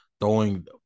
throwing